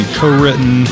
co-written